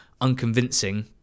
unconvincing